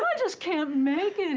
but just can't make it and